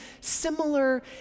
similar